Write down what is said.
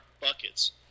buckets